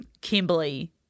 Kimberly